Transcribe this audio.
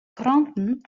kranten